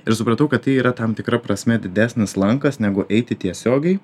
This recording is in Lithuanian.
ir supratau kad yra tam tikra prasme didesnis lankas negu eiti tiesiogiai